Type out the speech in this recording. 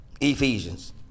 Ephesians